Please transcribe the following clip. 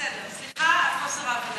בסדר, סליחה על חוסר הבנה.